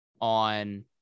on